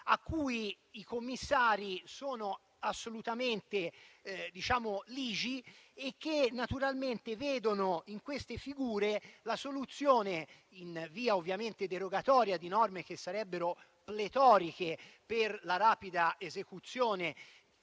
quali i commissari sono assolutamente ligi e che vedono in queste figure la soluzione, in via ovviamente derogatoria di norme che sarebbero pletoriche per la rapida esecuzione